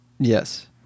Yes